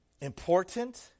important